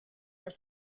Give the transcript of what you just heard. are